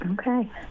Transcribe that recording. Okay